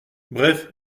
bref